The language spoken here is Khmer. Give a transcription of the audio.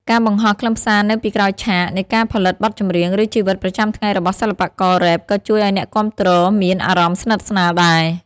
ការបង្ហោះខ្លឹមសារនៅពីក្រោយឆាក នៃការផលិតបទចម្រៀង ឬជីវិតប្រចាំថ្ងៃរបស់សិល្បកររ៉េប ក៏ជួយឲ្យអ្នកគាំទ្រមានអារម្មណ៍ស្និទ្ធស្នាលដែរ។